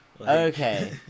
Okay